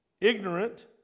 ignorant